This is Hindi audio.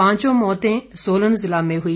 पांचों मौतें सोलन जिला में हुई